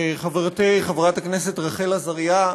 חברתי חברת הכנסת רחל עזריה,